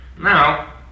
Now